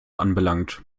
anbelangt